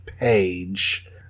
page